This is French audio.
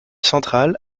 centrale